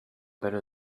better